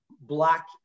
black